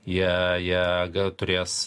jie jie turės